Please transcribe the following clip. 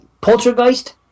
Poltergeist